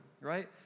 right